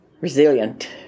resilient